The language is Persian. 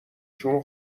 چون